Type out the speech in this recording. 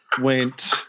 went